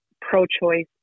pro-choice